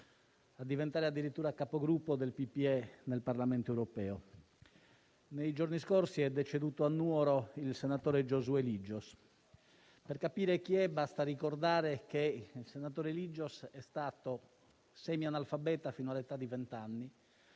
a diventare addirittura Capogruppo del Partito Popolare nel Parlamento europeo. Nei giorni scorsi è deceduto a Nuoro il senatore Giosué Ligios. Per capire chi era, basta ricordare che il senatore Ligios è stato semianalfabeta fino all'età di vent'anni.